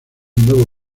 nuevo